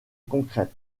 concrète